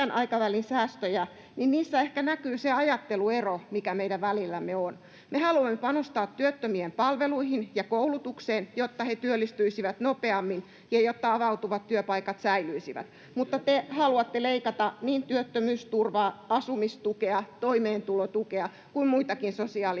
niin niissä ehkä näkyy se ajatteluero, mikä meidän välillämme on. Me haluamme panostaa työttömien palveluihin ja koulutukseen, jotta he työllistyisivät nopeammin ja jotta avautuvat työpaikat säilyisivät, mutta te haluatte leikata niin työttömyysturvaa, asumistukea, toimeentulotukea kuin muitakin sosiaalietuuksia